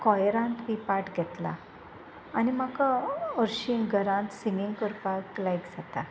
कॉयरांत बी पार्ट घेतला आनी म्हाका हरशीं घरांत सिंगींग करपाक लायक जाता